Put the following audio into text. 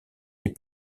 les